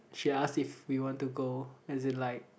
she ask if we want to go as in like